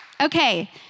okay